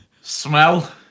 Smell